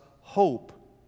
hope